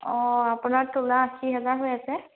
অঁ আপোনাৰ তোলা আশী হাজাৰ হৈ আছে